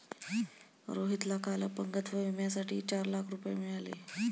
रोहितला काल अपंगत्व विम्यासाठी चार लाख रुपये मिळाले